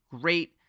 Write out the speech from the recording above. great